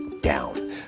down